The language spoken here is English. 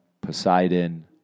Poseidon